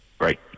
Right